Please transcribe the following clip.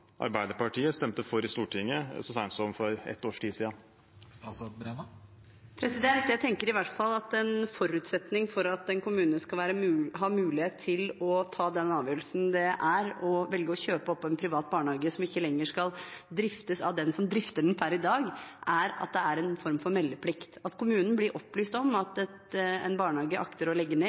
for ett års tid siden. Jeg tenker i hvert fall at en form for meldeplikt er en forutsetning for at en kommune skal ha mulighet til å ta den avgjørelsen det er å velge å kjøpe opp en privat barnehage som ikke lenger skal driftes av dem som drifter den per i dag. Kommunen blir opplyst om at en barnehage akter å legge ned, eller at driften opphører – og at kommunen kan ta en vurdering på om det er mer fornuftig å